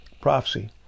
prophecy